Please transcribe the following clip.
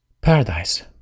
paradise